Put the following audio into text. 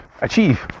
achieve